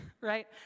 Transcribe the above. right